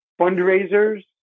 fundraisers